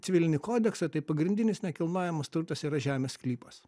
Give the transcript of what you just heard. civilinį kodeksą tai pagrindinis nekilnojamas turtas yra žemės sklypas